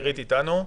איתנו?